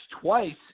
twice